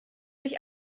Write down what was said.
mich